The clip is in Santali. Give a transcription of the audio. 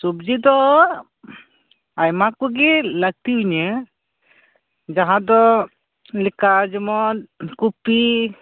ᱥᱚᱵᱽᱡᱤ ᱫᱚ ᱟᱭᱢᱟ ᱠᱚᱜᱮ ᱞᱟᱹᱠᱛᱤ ᱟᱹᱧᱟ ᱡᱟᱦᱟᱸ ᱫᱚ ᱞᱮᱠᱟ ᱡᱮᱢᱚᱱ ᱠᱩᱯᱤ